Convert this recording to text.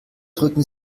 drücken